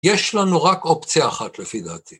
יש לנו רק אופציה אחת לפי דעתי.